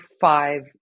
five